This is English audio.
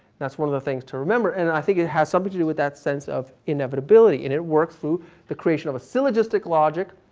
that's one of the things to remember. and i think has something to do with that sense of inevitability. and it works through the creation of syllogistic logic,